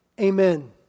amen